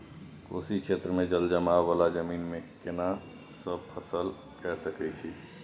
कोशी क्षेत्र मे जलजमाव वाला जमीन मे केना सब फसल के सकय छी?